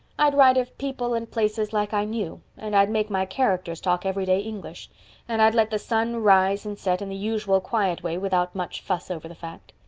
i'd write of people and places like i knew, and i'd make my characters talk everyday english and i'd let the sun rise and set in the usual quiet way without much fuss over the fact.